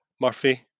Murphy